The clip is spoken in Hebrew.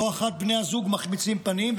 לא אחת בני הזוג מחמיצים פנים,